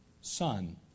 son